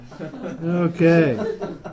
Okay